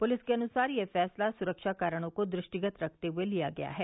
police के अनुसार यह फैसला सुरक्षा कारणों को दृष्टिगत रखते हुए लिया गया है